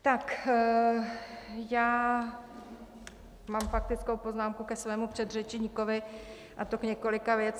Tak já mám faktickou poznámku ke svému předřečníkovi, a to k několika věcem.